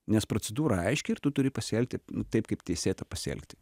nes procedūra aiški ir tu turi pasielgti taip kaip teisėta pasielgti